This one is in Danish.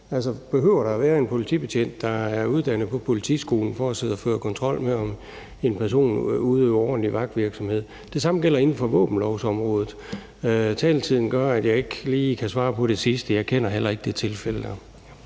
Altså, behøver der være en politibetjent, der er uddannet på politiskolen, for at sidde at føre kontrol med, om en person nu udøver ordentlig vagtvirksomhed? Det samme gælder inden for våbenlovsområdet. Taletiden gør, at jeg ikke lige kan svare på det sidste. Jeg kender heller ikke det tilfælde dog.